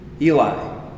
Eli